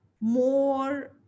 more